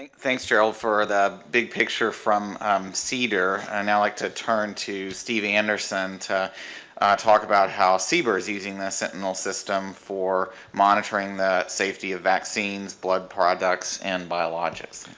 thanks gerald, for the big picture from cder and now i'd like to turn to steve anderson to talk about how cber is using the sentinel system for monitoring the safety of vaccines, blood products, and biologics.